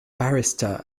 barrister